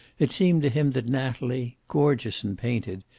it seemed to him that natalie, gorgeous and painted,